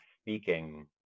speaking